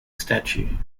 statue